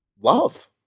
Love